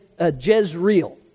Jezreel